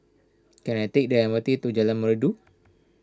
can I take the M R T to Jalan Merdu